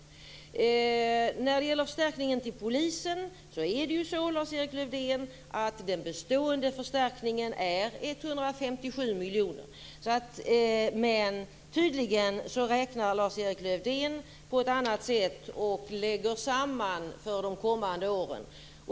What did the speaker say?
När det gäller förstärkningen till polisen är det ju så, Lars-Erik Lövdén, att den bestående förstärkningen är 157 miljoner. Men tydligen räknar Lars-Erik Lövdén på ett annat sätt. Han lägger samman för de kommande åren.